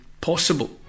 possible